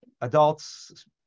adults